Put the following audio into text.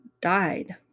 died